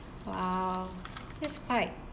!wow! that's quite